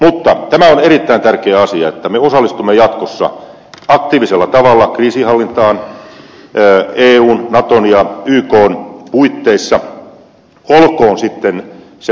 mutta erittäin tärkeä asia on tämä että me osallistumme jatkossa aktiivisella tavalla kriisinhallintaan eun naton ja ykn puitteissa olkoon sitten se varsinaisen missio kenen lipun alla tahansa